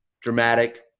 dramatic